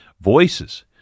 Voices